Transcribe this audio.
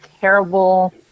terrible